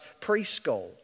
preschool